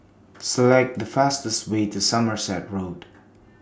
Select The fastest Way to Somerset Road